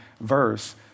verse